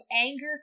anger